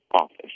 office